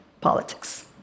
politics